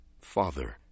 Father